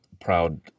proud